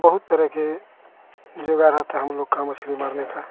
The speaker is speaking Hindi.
बहुत तरह के जुगाड़ होते हम लोग के मछली मारने का